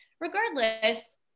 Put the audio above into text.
regardless